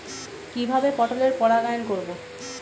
কিভাবে পটলের পরাগায়ন করব?